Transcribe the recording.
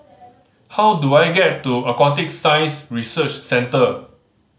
how do I get to Aquatic Science Research Centre